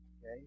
Okay